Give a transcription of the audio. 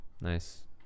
Nice